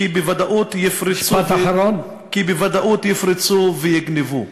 כי בוודאות יפרצו ויגנבו,